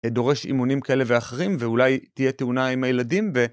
דורש אימונים כאלה ואחרים, ואולי תהיה תאונה עם הילדים.